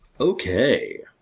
Okay